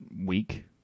week